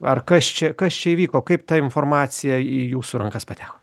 ar kas čia kas čia įvyko kaip ta informacija į jūsų rankas pateko